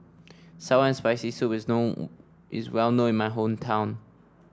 sour and Spicy Soup is known is well known in my hometown